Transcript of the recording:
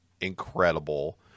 incredible